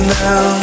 now